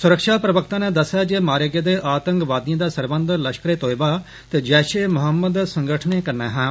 सुरक्षा प्रवक्ता नै दसेआ ऐ जे मारे गेदे आतंकवादिएं दा सरबंध लष्करे तोयबा ते जैषे मोहम्मद संगठनें कन्नै हा